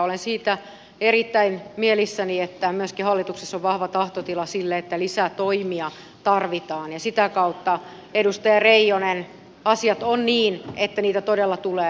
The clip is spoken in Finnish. olen siitä erittäin mielissäni että myöskin hallituksessa on vahva tahtotila sille että lisätoimia tarvitaan ja sitä kautta edustaja reijonen asiat ovat niin että niitä todella tulee